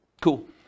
Cool